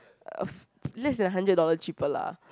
a f~ less than a hundred dollar cheaper lah